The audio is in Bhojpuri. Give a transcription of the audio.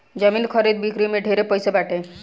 जमीन खरीद बिक्री में ढेरे पैसा बाटे